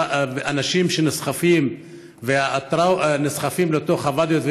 ואנשים נסחפים לתוך הוואדי הזה,